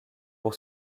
pour